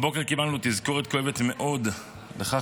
הבוקר קיבלנו תזכורת כואבת מאוד לכך